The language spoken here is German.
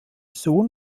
sohn